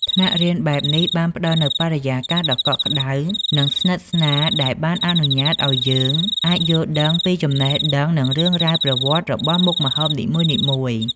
ថ្នាក់រៀនបែបនេះបានផ្តល់នូវបរិយាកាសដ៏កក់ក្តៅ និងស្និទ្ធស្នាលដែលបានអនុញ្ញាតឱ្យយើងអាចយល់ដឹងពីចំណេះដឹងនិងរឿងរ៉ាវប្រវត្តិរបស់មុខម្ហូបនិមួយៗ។